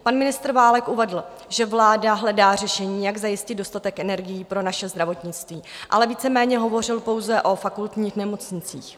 Pan ministr Válek uvedl, že vláda hledá řešení, jak zajistit dostatek energií pro naše zdravotnictví, ale víceméně hovořil pouze o fakultních nemocnicích.